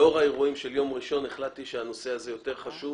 לאור האירועים של יום ראשון החלטתי שהנושא הזה יותר חשוב